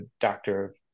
doctor